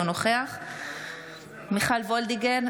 אינו נוכח מיכל מרים וולדיגר,